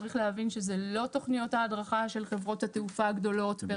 צריך להבין שזה לא תכניות ההדרכה של חברות התעופה הגדולות.